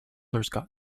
shoulders